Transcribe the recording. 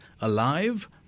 alive